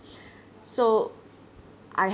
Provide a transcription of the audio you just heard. so I